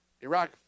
Iraq